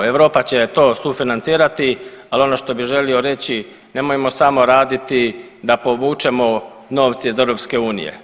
Europa će to sufinancirati, ali ono što bih želio reći nemojmo samo raditi da povučemo novce iz EU.